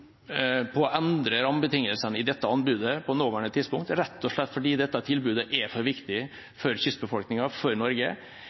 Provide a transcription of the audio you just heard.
å endre rammebetingelsene i dette anbudet på nåværende tidspunkt, rett og slett fordi dette tilbudet er for viktig